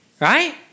right